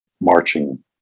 marching